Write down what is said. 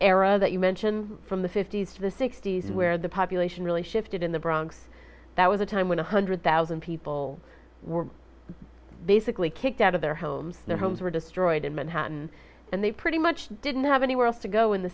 era that you mention from the fifty's the sixty's where the population really shifted in the bronx that was a time when a hundred thousand people were basically kicked out of their homes their homes were destroyed in manhattan and they pretty much didn't have anywhere else to go in the